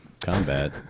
combat